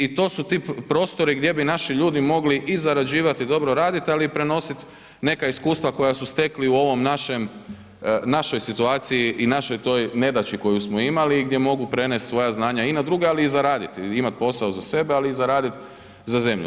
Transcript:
I to su ti prostori gdje bi naši ljudi mogli i zarađivati i dobro raditi ali i prenositi neka iskustva koja su stekli u ovom našem, našoj situaciji i našoj toj nedaći koju smo imali i gdje mogu prenesti svoja znanja i na druge ali i zaraditi, imati posao za sebe ali i zaraditi za zemlju.